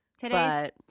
today's